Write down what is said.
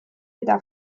eta